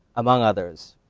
among others,